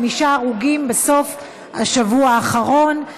חמישה הרוגים בסוף השבוע האחרון,